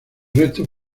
restos